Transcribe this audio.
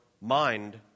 mind